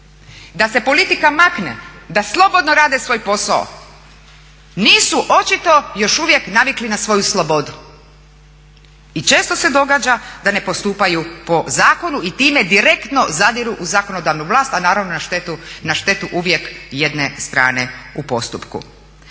da se politika makne da slobodno rade svoj posao nisu očito još uvijek navikli na svoju slobodu i često se događa da ne postupaju po zakonu i time direktno zadiru u zakonodavnu vlasti a naravno na štetu uvijek jedne strane u postupku.